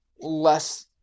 less